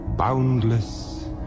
Boundless